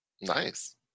Nice